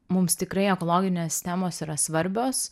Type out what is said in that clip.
mums tikrai ekologinės temos yra svarbios